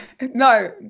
no